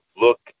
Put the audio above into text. look